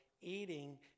eating